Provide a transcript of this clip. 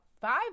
five